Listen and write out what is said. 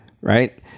right